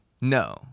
no